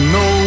no